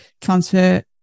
transfer